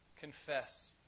confess